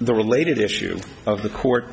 the related issue of the court